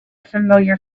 familiar